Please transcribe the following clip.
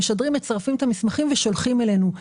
מצרפים אצת המסמכים ושולחים אלינו.